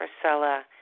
Priscilla